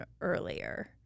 earlier